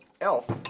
elf